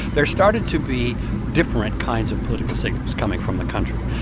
there started to be different kinds of political signals coming from the country.